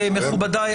מכובדיי,